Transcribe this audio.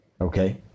Okay